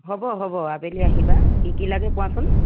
হ'ব হ'ব আবেলি আহিবা কি কি লাগে কোৱাচোন